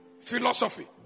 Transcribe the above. philosophy